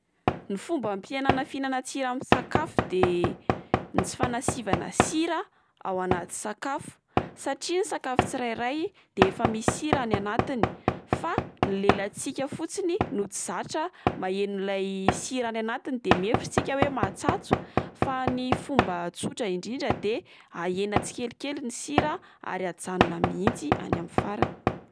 Ny fomba ampihenana fihinanan-tsira amin'ny sakafo de ny tsy fanasivana sira ao anaty sakafo satria ny sakafo tsirairay de efa misy sira any anatiny fa ny lelantsika fotsiny no tsy zatra maheno ilay sira any anatiny de mihevitra tsika oe mahatsatso fa ny fomba tsotra indrindra de ahena tsikelikely ny sira ary ajanona mihitsy any amin'ny farany.